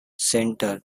center